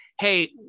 hey